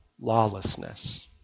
lawlessness